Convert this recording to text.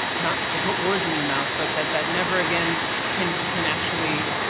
not to put words in your mouth, but that that never again can can actually